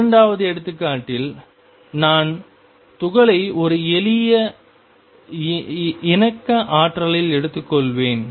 இரண்டாவது எடுத்துக்காட்டில் நான் துகளை ஒரு எளிய இணக்க ஆற்றலில் எடுத்துக்கொள்வேன்